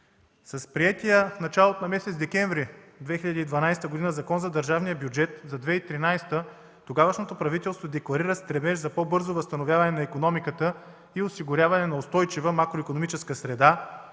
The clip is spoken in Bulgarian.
С приетия в началото на месец декември 2012 г. Закон за държавния бюджет за 2013 г. тогавашното правителство декларира стремеж за по-бързо възстановяване на икономиката и осигуряване на устойчива макроикономическа среда.